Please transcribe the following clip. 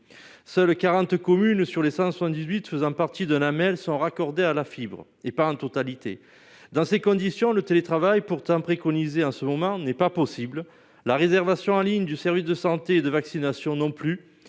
seuls 40 communes sur les 178 faisant partie de la Mel sont raccordés à la fibre et pas en totalité dans ces conditions, le télétravail pourtant préconisée en ce moment n'est pas possible la réservation en ligne du service de santé de vaccination non plus